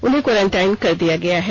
उन्हें क्वॉरेंटाइन कर दिया गया है